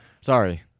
sorry